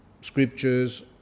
scriptures